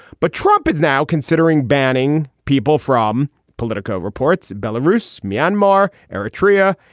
but trump is now considering banning people from politico reports, belarus, myanmar, eritrea,